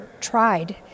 tried